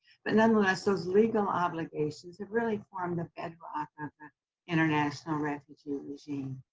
but nonetheless, those legal obligations have really formed the bedrock of the international refugee regime.